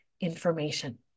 information